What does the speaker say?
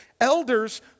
Elders